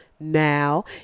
now